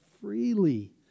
freely